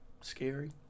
scary